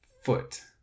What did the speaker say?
foot